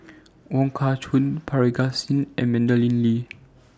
Wong Kah Chun Parga Singh and Madeleine Lee